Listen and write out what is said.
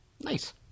nice